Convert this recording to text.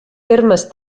termes